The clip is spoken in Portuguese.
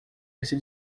esse